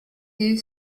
you